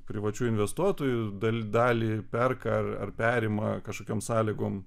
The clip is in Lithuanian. privačių investuotojų dalis dalį perka ar perima kažkokiom sąlygom